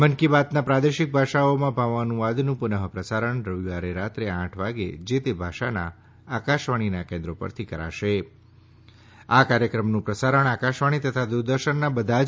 મન કી બાતના પ્રાદેશિક ભાષાઓમાં ભાવાનુવાદનું પુનઃ પ્રસારણ રવિવારે રાત્રે આઠ વાગે જે તે ભાષાના આકાશવાણીના કેન્દ્રો પરથી કરાશે આ કાર્યક્રમનું પ્રસારણ આકાશવાણી તથા દૂરદર્શનના બધા જ